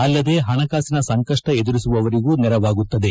ಅಲ್ಲದೆ ಪಣಕಾಸಿನ ಸಂಕಪ್ಪ ಎದುರಿಸುವವರಿಗೂ ನೆರವಾಗುತ್ತದೆ